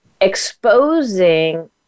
exposing